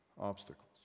obstacles